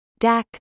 DAC